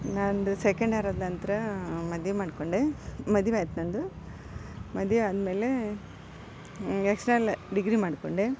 ನನ್ನದು second year ಆದ ನಂತರ ಮದುವೆ ಮಾಡಿಕೊಂಡೆ ಮದುವೆ ಆಯ್ತು ನನ್ನದು ಮದುವೆ ಆದಮೇಲೆ ಡಿಗ್ರಿ ಮಾಡಿಕೊಂಡೆ